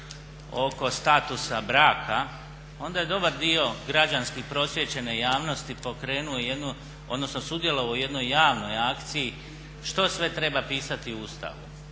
oko statusa braka onda je dobar dio građanski prosvijećene javnosti pokrenuo odnosno sudjelovao u jednoj javnoj akciji, što sve treba pisati u Ustavu.